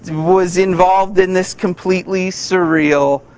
was involved in this completely surreal,